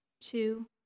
two